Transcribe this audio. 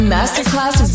Masterclass